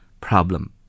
problem